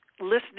listening